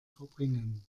verbringen